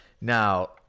Now